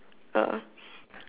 uh